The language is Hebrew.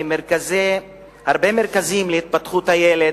מהרבה מרכזים להתפתחות הילד,